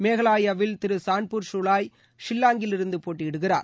மேகாலபாவில் திரு சான்பூர் ஷுவாய் ஷில்லாங்கிலிருந்து போட்டியிடுகிறார்